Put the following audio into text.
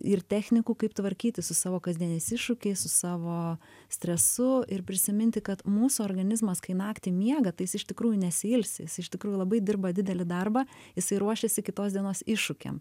ir technikų kaip tvarkytis su savo kasdieniais iššūkiais su savo stresu ir prisiminti kad mūsų organizmas kai naktį miega tai jis iš tikrųjų nesiilsi jis iš tikrųjų labai dirba didelį darbą jisai ruošiasi kitos dienos iššūkiam